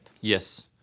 Yes